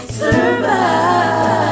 survive